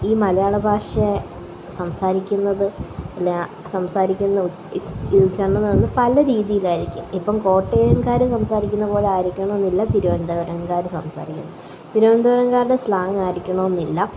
ഈ മലയാള ഭാഷ സംസാരിക്കുന്നത് സംസാരിക്കുന്ന ഉച്ഛാരണമെന്ന് പറഞ്ഞാല് പല രീതിയിലായിരിക്കും ഇപ്പോള് കോട്ടയംകാര് സംസാരിക്കുന്നതു പോലെ ആയിരിക്കണമെന്നില്ല തിരുവനന്തപുരംകാര് സംസാരിക്കുന്നത് തിരുവനന്തപുരംകാരുടെ സ്ലാങ്ങ് ആയിരിക്കണമെന്നില്ല